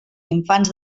infants